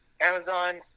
Amazon